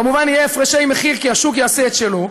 כמובן יהיה הפרשי מחיר, כי השוק יעשה את שלו.